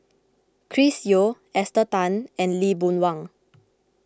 Chris Yeo Esther Tan and Lee Boon Wang